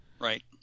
Right